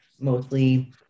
mostly